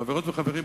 חברות וחברים,